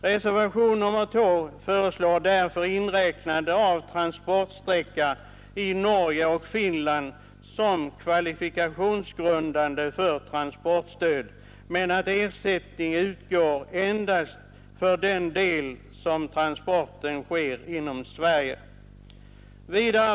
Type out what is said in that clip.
Reservationen 2 föreslår därför att transportsträcka i Norge och Finland inräknas som kvalifikationsgrundande för transportstöd men att ersättning utgår endast för den del av transporten som sker inom Sverige.